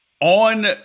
on